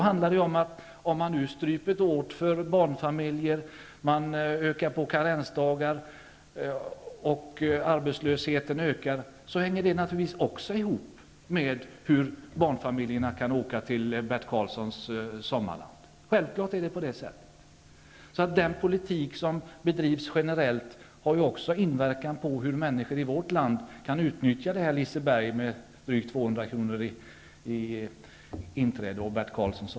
Har man strypt åt för barnfamiljer, ökat på antalet karensdagar och arbetslösheten ökar, påverkar det också i vilken omfattning barnfamiljerna kan åka till Bert Karlssons Sommarland. Det är självklart. Den politik som bedrivs generellt har inverkan på hur människor i vårt land kan utnyttja t.ex. Bert 200 kr. i inträde.